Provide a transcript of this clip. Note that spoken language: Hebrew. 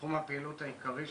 תחום הפעילות העיקרי שלנו,